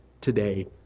today